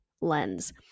lens